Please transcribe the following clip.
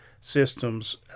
systems